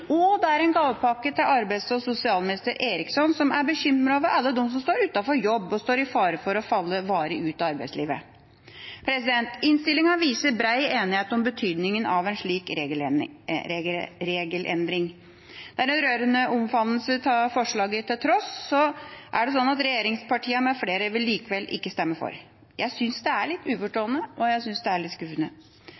og det er en gavepakke til arbeids- og sosialminister Eriksson, som er bekymret over alle dem som står uten jobb, og står i fare for å falle varig ut av arbeidslivet. Innstillinga viser bred enighet om betydninga av en slik regelendring. Til tross for den rørende omfavnelsen av forslaget, er det slik at regjeringspartiene m.fl. likevel ikke vil stemme for. Jeg syns det er litt uforståelig og litt skuffende. Jeg skjønner at det er